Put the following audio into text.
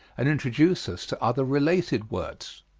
and introduce us to other related words.